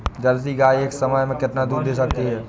Jersey गाय एक समय में कितना दूध दे सकती है?